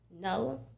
no